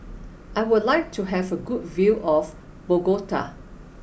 I would like to have a good view of Bogota